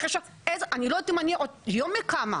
אני לא יודעת אם עוד יום קמה,